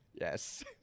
yes